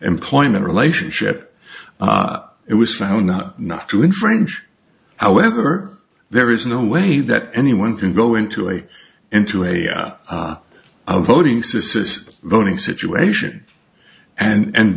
employment relationship it was found not not to infringe however there is no way that anyone can go into a into a our voting system voting situation and